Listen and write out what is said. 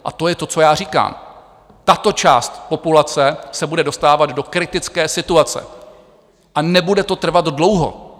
A to je to, co já říkám: Tato část populace se bude dostávat do kritické situace a nebude to trvat dlouho.